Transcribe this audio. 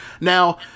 Now